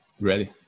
Ready